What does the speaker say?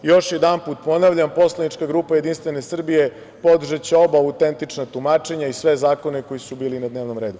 Još jednom ponavljam poslanička grupa JS podržaće oba autentična tumačenja i sve zakone koji su bili na dnevnom redu.